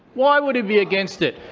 why would he be against it?